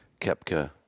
Kepka